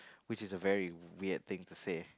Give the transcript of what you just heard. which is a very weird thing to say